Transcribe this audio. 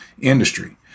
industry